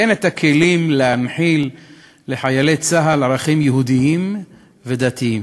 אין את הכלים להנחיל לחיילי צה”ל ערכים יהודיים ודתיים.